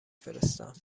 فرستم